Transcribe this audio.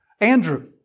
Andrew